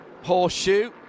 Horseshoe